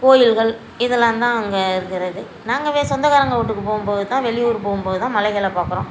கோயில்கள் இதெல்லாம் தான் அங்கே இருக்கிறது நாங்கள் வே சொந்தக்காரங்கள் வீட்டுக்கு போகும்போது தான் வெளியூர் போகும்போது தான் மலைகளை பார்க்குறோம்